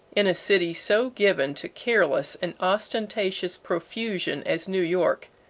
in a city so given to careless and ostentatious profusion as new york,